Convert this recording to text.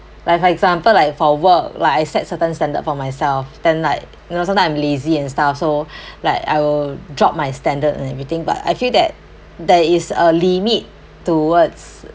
like for example like for work like I set certain standard for myself then like you know sometime I'm lazy and stuff so like I'll drop my standard and everything but I feel that there is a limit towards